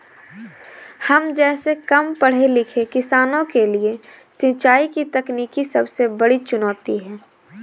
हम जैसै कम पढ़े लिखे किसानों के लिए सिंचाई की तकनीकी सबसे बड़ी चुनौती है